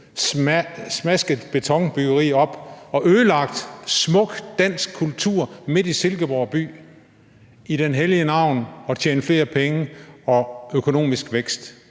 smasket betonbyggeri op og ødelagt smuk dansk kultur midt i Silkeborg by i det hellige navn at tjene flere penge og få økonomisk vækst.